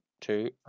two